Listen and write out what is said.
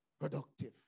productive